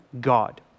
God